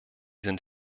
sind